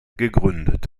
gegründet